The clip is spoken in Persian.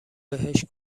بهش